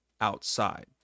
outside